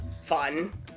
fun